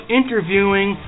interviewing